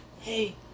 hey